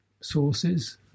sources